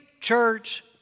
church